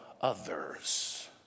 others